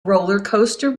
rollercoaster